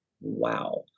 Wow